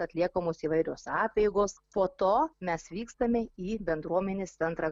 atliekamos įvairios apeigos po to mes vykstame į bendruomenės centrą